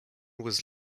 was